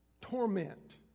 torment